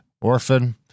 orphan